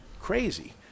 crazy